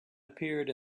appeared